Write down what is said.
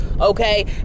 okay